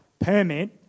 permit